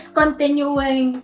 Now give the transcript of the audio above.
continuing